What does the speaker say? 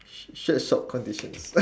sweatshop conditions